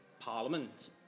parliament